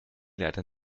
leider